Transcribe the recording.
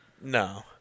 No